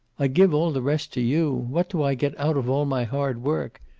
i give all the rest to you. what do i get out of all my hard work?